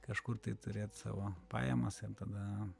kažkur tai turėt savo pajamas ir tada